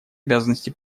обязанности